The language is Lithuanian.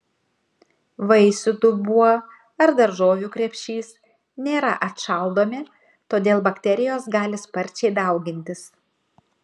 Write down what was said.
vaisių dubuo ar daržovių krepšys nėra atšaldomi todėl bakterijos gali sparčiai daugintis